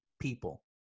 people